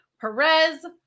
Perez